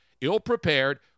ill-prepared